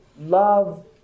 love